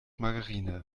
margarine